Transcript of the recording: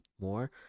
more